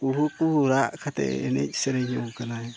ᱠᱩᱦᱩ ᱠᱩᱦᱩ ᱨᱟᱜ ᱠᱟᱛᱮᱫ ᱮᱱᱮᱡ ᱥᱮᱨᱮᱧ ᱡᱚᱝ ᱠᱟᱱᱟᱭ